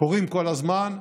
קורים כל הזמן,